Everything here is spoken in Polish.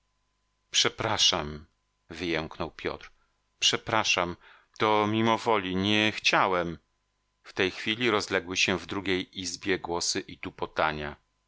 przepraszam wyjęknął piotr przepraszam to mimowoli nie chciałem w tej chwili rozległy się w drugiej izbie głosy i tupotania